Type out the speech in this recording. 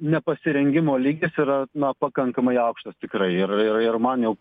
nepasirengimo lygis yra na pakankamai aukštas tikrai ir ir ir man jau